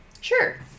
Sure